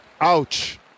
Ouch